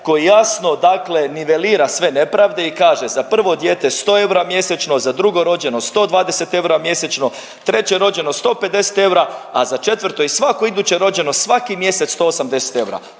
koji jasno dakle nivelira sve nepravde i kaže za 1. dijete 100 eura mjesečno, za 2. rođeno 120 eura mjesečno, 3. rođeno 150 eura, a za 4. i svako iduće rođeno, svaki mjeseci 180 eura.